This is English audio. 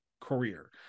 career